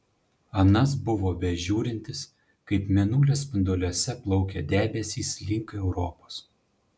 anas buvo bežiūrintis kaip mėnulio spinduliuose plaukia debesys link europos